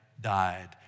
died